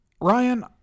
Ryan